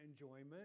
enjoyment